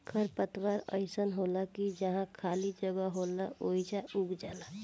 खर पतवार अइसन होला की जहवा खाली जगह होला ओइजा उग जाला